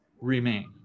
remain